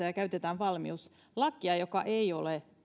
ja käytetään valmiuslakia joka ei ole